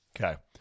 Okay